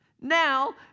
Now